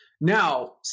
Now